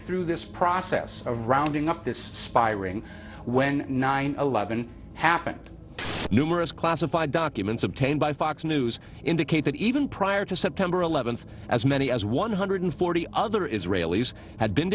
through this process of rounding up this spy ring when nine eleven happened numerous classified documents obtained by fox news indicate that even prior to september eleventh as many as one hundred forty other israelis had been